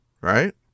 right